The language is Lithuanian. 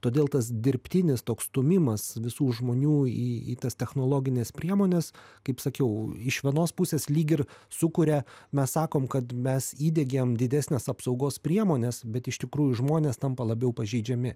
todėl tas dirbtinis toks stūmimas visų žmonių į į tas technologines priemones kaip sakiau iš vienos pusės lyg ir sukuria mes sakom kad mes įdiegiam didesnės apsaugos priemones bet iš tikrųjų žmonės tampa labiau pažeidžiami